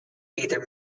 either